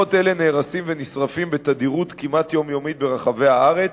לוחות אלה נהרסים ונשרפים בתדירות כמעט יומיומית ברחבי הארץ,